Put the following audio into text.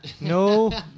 No